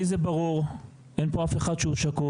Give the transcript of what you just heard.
לי זה ברור, אין פה אף אחד שהוא שקוף,